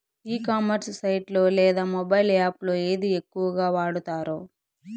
ఈ commerce site లో లేదా మొబైల్ యాప్ లో ఏది ఎక్కువగా వాడుతారు?